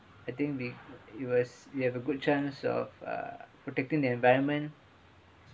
I think we it was you have a good chance of uh protecting the environment